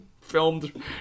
Filmed